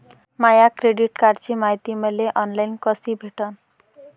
माया credit कार्डची मायती मले ऑनलाईन कसी भेटन?